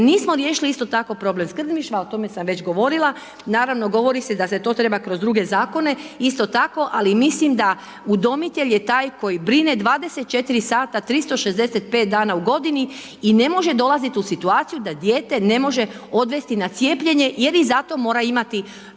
nismo riješili isto tako problem skrbništva, o tome sam već govorila, naravno, govori se da se to treba kroz druge zakone, isto tako, ali mislim da udomitelj je taj koji brine 24 sata, 365 dana u godini i ne može dolaziti u situaciju da dijete ne može odvesti na cijepljenje jer i za to mora imati dozvolu